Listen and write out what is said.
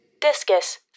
discus